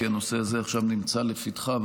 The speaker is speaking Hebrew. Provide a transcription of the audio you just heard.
כי הנושא הזה עכשיו נמצא לפתחה.